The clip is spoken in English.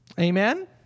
amen